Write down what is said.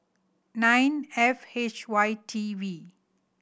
nine F H Y T V